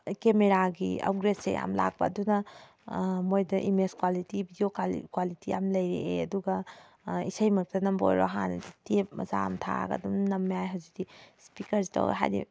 ꯀꯦꯃꯦꯔꯥꯒꯤ ꯑꯞꯒ꯭ꯔꯦꯗꯁꯦ ꯌꯥꯝ ꯂꯥꯛꯄ ꯑꯗꯨꯅ ꯃꯣꯏꯗ ꯏꯃꯦꯖ ꯀ꯭ꯋꯥꯂꯤꯇꯤ ꯕꯤꯗꯤꯑꯣ ꯀ꯭ꯋꯥꯂꯤꯇꯤ ꯌꯥꯝ ꯂꯩꯔꯛꯑꯦ ꯑꯗꯨꯒ ꯏꯁꯩ ꯃꯛꯇ ꯅꯝꯕ ꯑꯣꯏꯔꯣ ꯍꯥꯟꯅꯗꯤ ꯇꯦꯞ ꯃꯆꯥ ꯑꯃ ꯊꯥꯔꯒ ꯑꯗꯨꯝ ꯅꯝꯃꯦ ꯍꯥꯏ ꯍꯧꯖꯤꯛꯇꯤ ꯏꯁꯄꯤꯀꯔꯁꯤ ꯇꯧꯔꯒ ꯍꯥꯏꯗꯤ